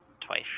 twice